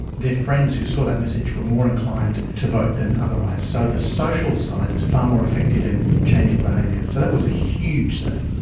their friends who saw that message were more inclined to vote than otherwise. so the social side is far more effective in changing behaviour. so that was a huge study.